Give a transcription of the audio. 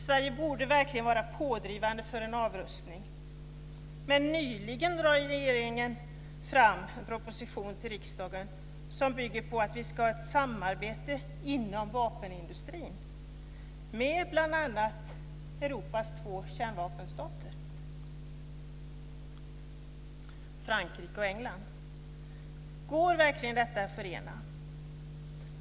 Sverige borde verkligen vara pådrivande för en avrustning, men nyligen lade ju regeringen fram en proposition till riksdagen som bygger på att vi ska ha ett samarbete inom vapenindustrin med bl.a. Europas två kärnvapenstater Frankrike och England. Går verkligen detta att förena?